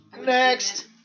Next